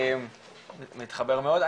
אני מתחבר מאוד.